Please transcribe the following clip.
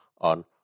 on